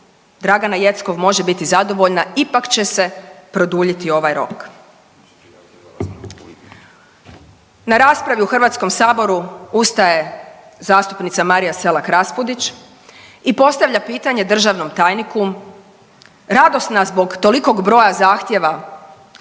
Dragana Jeckov može biti zadovoljna ipak će se produljiti ovaj rok. Na raspravi u HS-u ustaje zastupnica Marija Selak Raspudić i postavlja pitanje državnom tajniku, radosna zbog tolikog broja zahtjeva